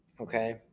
okay